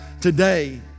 today